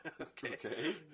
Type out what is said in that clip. Okay